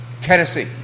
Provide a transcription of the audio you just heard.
Tennessee